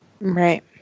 Right